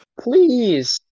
please